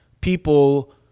people